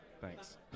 Thanks